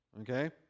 Okay